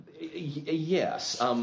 Yes